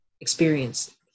experience